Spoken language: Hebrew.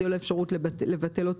תהיה אפשרות לבטל.